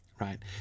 right